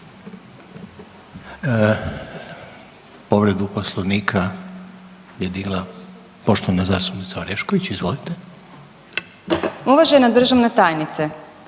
Povredu Poslovnika je digla poštovana zastupnica Orešković, izvolite. **Orešković, Dalija